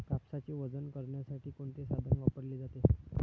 कापसाचे वजन करण्यासाठी कोणते साधन वापरले जाते?